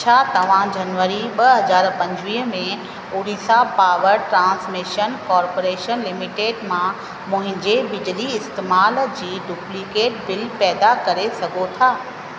छा तव्हां जनवरी ॿ हज़ार पंजवीह में Odisha power transmission corporation limited मां मुंहिंजे बिजली इस्तमाल जी डुप्लीकेट बिल पैदा करे सघो था